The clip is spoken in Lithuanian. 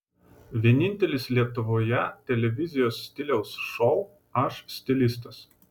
vienintelis lietuvoje televizijos stiliaus šou aš stilistas